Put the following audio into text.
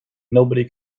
nobody